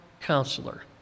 counselor